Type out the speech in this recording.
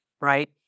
right